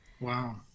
Wow